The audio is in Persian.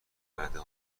رده